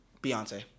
Beyonce